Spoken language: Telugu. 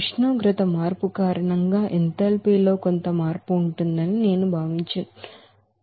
ఉష్ణోగ్రత మార్పు కారణంగా ఎంథాల్పీలో కొంత మార్పు ఉంటుందని నేను భావించినట్లయితే